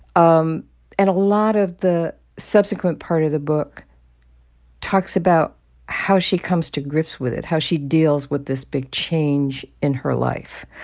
um and a lot of the subsequent part of the book talks about how she comes to grips with it, how she deals with this big change in her life.